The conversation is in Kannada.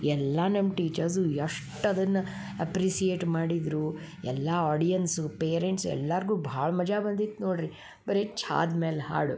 ಎಲ್ಲಾ ನಮ್ಮ ಟೀಚರ್ಸು ಎಷ್ಟು ಅದನ್ನು ಅಪ್ರಿಸಿಯೇಟ್ ಮಾಡಿದರು ಎಲ್ಲಾ ಆಡಿಯನ್ಸು ಪೇರೆಂಟ್ಸು ಎಲ್ಲಾರಿಗು ಭಾಳ ಮಜಾ ಬಂದಿತ್ತು ನೋಡ್ರಿ ಬರೇ ಚಾದ ಮ್ಯಾಲ ಹಾಡು